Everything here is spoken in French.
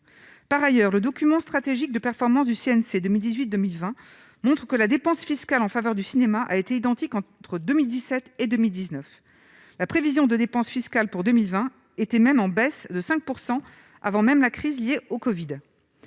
par ailleurs le document stratégique, de performances du CN, ces 2018, 2020 montre que la dépense fiscale en faveur du cinéma a été identique entre 2017 et 2019 la prévision de dépenses fiscales pour 2020 étaient même en baisse de 5 % avant même la crise liée au Covid,